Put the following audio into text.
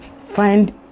find